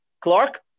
Clark